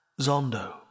Zondo